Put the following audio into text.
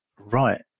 right